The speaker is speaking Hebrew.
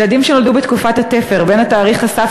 ילדים שנולדו בתקופת התפר בין תאריך הסף